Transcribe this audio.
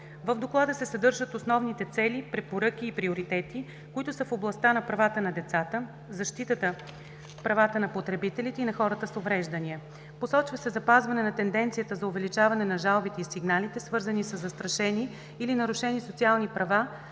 В доклада се съдържат основните цели, препоръки и приоритети, които са в областта на правата на децата, защитата правата на потребителите и на хората с увреждания. Посочва се запазване на тенденцията за увеличаване на жалбите и сигналите, свързани със застрашени или нарушени социални права,